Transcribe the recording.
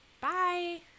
Bye